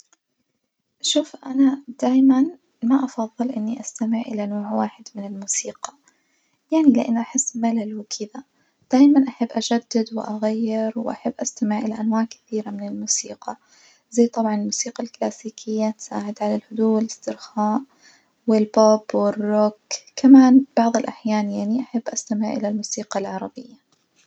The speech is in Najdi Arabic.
شوف أنا دايمًا ما أفظل إني أستمع إلى نوع واحد من الموسيقى، يعني لإني أحس ملل وكدة دايمًا أحب أجدد وأغير وأحب أستمع إلى أنواع كثيرة من الموسيقى، زي طبعًا الموسيقى الكلاسيكية تساعد على الهدوء والا سترخاء والبوب والروك، كمان بعض الأحيان يعني أحب أستمع إلى الموسيقى العربية.